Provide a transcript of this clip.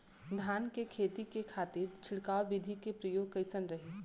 धान के खेती के खातीर छिड़काव विधी के प्रयोग कइसन रही?